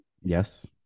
Yes